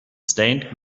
stained